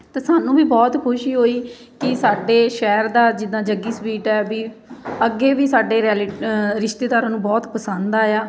ਅਤੇ ਸਾਨੂੰ ਵੀ ਬਹੁਤ ਖੁਸ਼ੀ ਹੋਈ ਕਿ ਸਾਡੇ ਸ਼ਹਿਰ ਦਾ ਜਿੱਦਾਂ ਜੱਗੀ ਸਵੀਟ ਹੈ ਵੀ ਅੱਗੇ ਵੀ ਸਾਡੇ ਰੈਲੀ ਰਿਸ਼ਤੇਦਾਰਾਂ ਨੂੰ ਬਹੁਤ ਪਸੰਦ ਆਇਆ